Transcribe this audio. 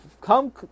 come